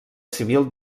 civil